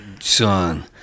son